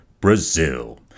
Brazil